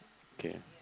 okay